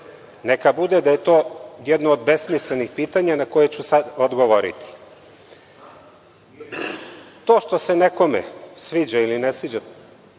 neka bude da je to jedno od besmislenih pitanja na koje ću sada odgovoriti. To što se nekome sviđa ili ne sviđa